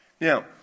Now